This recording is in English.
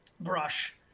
brush